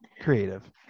creative